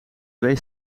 twee